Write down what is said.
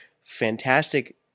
fantastic